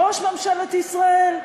ראש ממשלת ישראל,